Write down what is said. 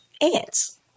ants